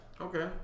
Okay